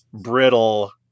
brittle